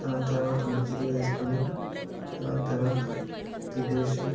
దాని తరువాత మజ్జిగ వేసుకొని దాని తరువాత తినేసి